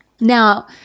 Now